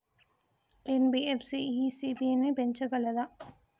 NBFC ECB ని పెంచగలదా?